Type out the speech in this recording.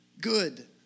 good